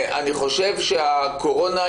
אני קרוב וצמוד לנושא הזה.